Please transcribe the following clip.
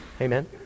Amen